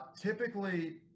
typically